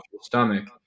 stomach